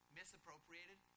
misappropriated